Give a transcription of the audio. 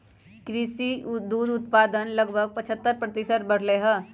कृषि दुग्ध उत्पादन लगभग पचहत्तर प्रतिशत बढ़ लय है